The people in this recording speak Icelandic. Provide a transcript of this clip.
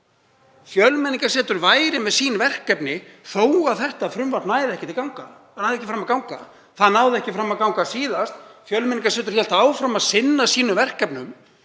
Fjölmenningarsetur væri með sín verkefni þó að þetta frumvarp næði ekki fram að ganga. Það náði ekki fram að ganga síðast. Fjölmenningarsetur hélt áfram að sinna sínum verkefnum,